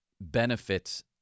benefits